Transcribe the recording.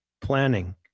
planning